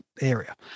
area